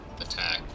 attack